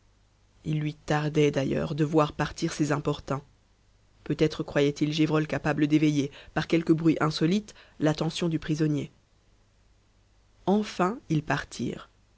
il lui tardait d'ailleurs de voir partir ces importuns peut-être croyait-il gévrol capable d'éveiller par quelque bruit insolite l'attention du prisonnier enfin ils partirent